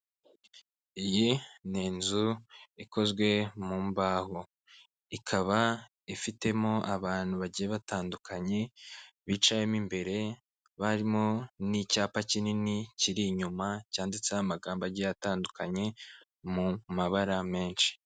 Iyi ni inzu ikozwe mu mbaho. Ikaba ifitemo abantu bagiye batandukanye, bicayemo imbere, harimo n'icyapa kinini kiri inyuma, cyanditseho amagambo agiye atandukanye mu mabara menshi.